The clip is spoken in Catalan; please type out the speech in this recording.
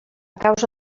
causa